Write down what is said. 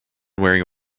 wearing